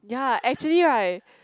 ya actually right